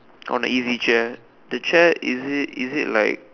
on the easy chair the chair is it is it like